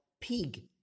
pig